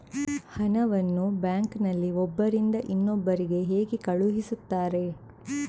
ಹಣವನ್ನು ಬ್ಯಾಂಕ್ ನಲ್ಲಿ ಒಬ್ಬರಿಂದ ಇನ್ನೊಬ್ಬರಿಗೆ ಹೇಗೆ ಕಳುಹಿಸುತ್ತಾರೆ?